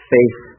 Faith